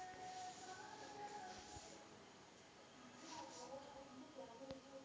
ಕೀಟನಾಶಕಗಳನ್ನು ಮತ್ತು ರಸಗೊಬ್ಬರವನ್ನು ಯಾವ ಹಂತದಲ್ಲಿ ನೀಡಿದರೆ ಉತ್ತಮ?